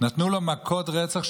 נתנו לו מכות רצח,